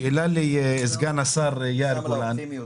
בכנסת הקודמת